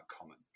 common